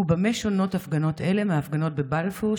4. במה שונות הפגנות אלו מההפגנות בבלפור,